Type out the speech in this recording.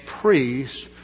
priests